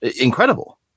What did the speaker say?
incredible